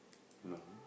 hello